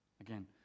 Again